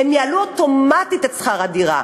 והם יעלו אוטומטית את שכר הדירה.